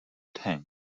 tank